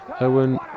Owen